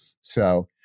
So-